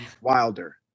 Wilder